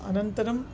अनन्तरं